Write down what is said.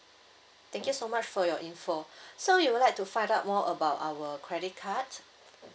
thank you so much for your info so you would like to find out more about our credit card